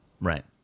Right